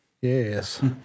Yes